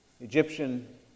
Egyptian